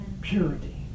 Purity